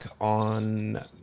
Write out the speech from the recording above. on